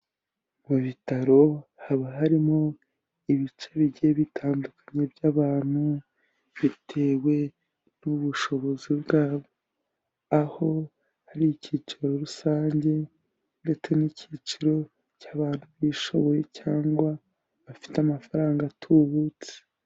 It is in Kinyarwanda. Mu bitaro haba harimo ibice bigiye bitandukanye by'abantu bitewe n'ubushobozi bwabo, aho hari icyiciro rusange ndetse n'icyiciro cy'abantu bishoboye cyangwa bafite amafaranga atubutse.